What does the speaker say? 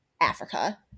Africa